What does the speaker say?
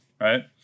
right